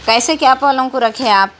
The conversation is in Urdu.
کیسے کیب والوں کو رکھے آپ